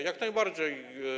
Jak najbardziej.